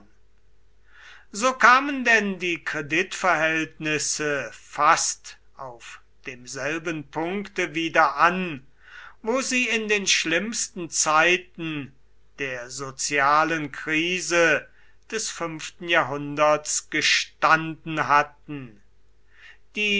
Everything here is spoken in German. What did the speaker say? so kamen denn die kreditverhältnisse fast auf demselben punkte wieder an wo sie in den schlimmsten zeiten der sozialen krise des fünften jahrhunderts gestanden hatten die